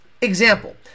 example